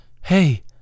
Hey